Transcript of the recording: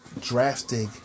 drastic